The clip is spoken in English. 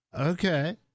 Okay